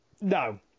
No